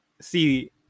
see